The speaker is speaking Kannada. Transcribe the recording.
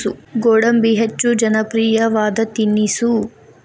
ಗೋಡಂಬಿ ಹೆಚ್ಚ ಜನಪ್ರಿಯವಾದ ತಿನಿಸು